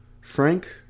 Frank